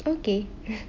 okay